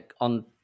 on